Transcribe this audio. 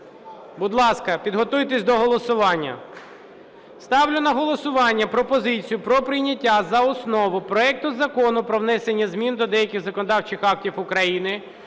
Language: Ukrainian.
Будь ласка, підготуйтесь до голосування. Ставлю на голосування пропозицію про прийняття за основу проекту Закону про внесення змін до деяких законодавчих актів України